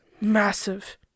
massive